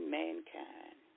mankind